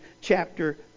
chapter